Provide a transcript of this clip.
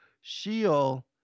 Sheol